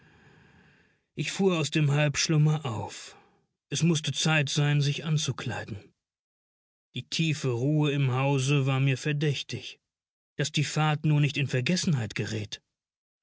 ich fuhr aus dem halbschlummer auf es mußte zeit sein sich anzukleiden die tiefe ruhe im hause war mir verdächtig daß die fahrt nur nicht in vergessenheit gerät